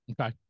okay